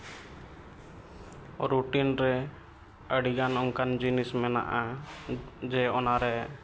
routine ᱨᱮ ᱟᱹᱰᱤ ᱜᱟᱱ ᱚᱱᱠᱟᱱ ᱡᱤᱱᱤᱥ ᱢᱮᱱᱟᱜᱼᱟ ᱡᱮ ᱚᱱᱟ ᱨᱮ